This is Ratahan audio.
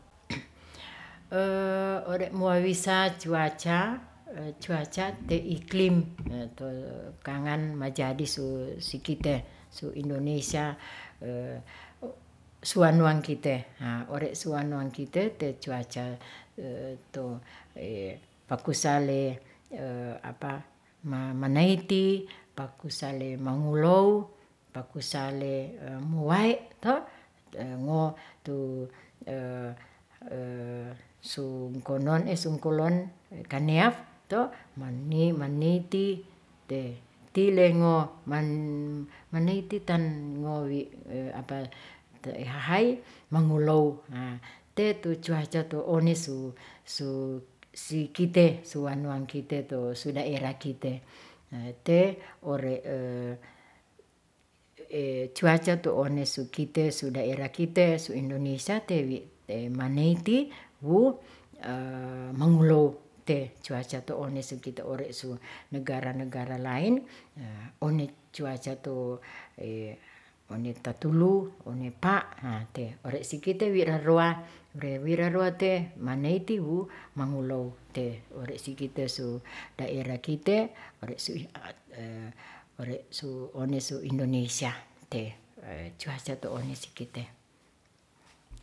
ore' mowawisa cuaca, cuaca te iklim ko kangan majadi su sikite su indonesia, su wanuang kite haa ore suwanuang kite te cuaca pakusale manaeiti pakusale mangolow, pakusale mowae, tu sungkolon kaneaf to moniti tilengo manaeiti tan ngowi hahay mangulow te tu cuaca tu onesu su sikite suwanuang kite su daerah kite, te ore' cuaca tu onesu kite su daerah kite su indonesia te wi maneiti wu mangolow te cuaca to onesukite ore' su negara-negara lain one cuaca tu one tatulu'u, one pa'. ha one si kite wi raroa, wi raroa te maneiti wu mangolow te ore' sikite su daerah kite ore' su onesu indonesia te cuaca to onesikite.